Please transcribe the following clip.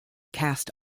cast